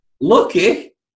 Lucky